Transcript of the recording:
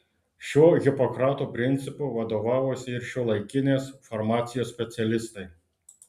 šiuo hipokrato principu vadovavosi ir šiuolaikinės farmacijos specialistai